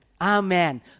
Amen